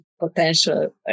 potential